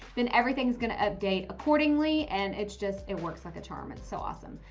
then everything's going to update accordingly. and it's just it works like a charm. it's so awesome.